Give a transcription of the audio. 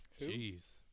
Jeez